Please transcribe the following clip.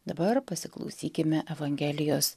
dabar pasiklausykime evangelijos